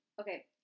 Okay